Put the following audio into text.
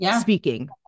speaking